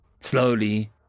slowly